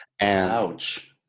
Ouch